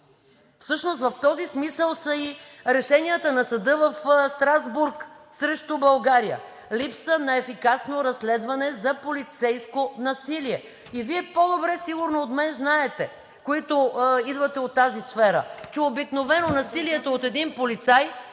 Всъщност в този смисъл са и решенията на Съда в Страсбург срещу България: „Липса на ефикасно разследване за полицейско насилие“. Вие по-добре сигурно от мен знаете, които идвате от тази сфера, че обикновено насилието от един полицай,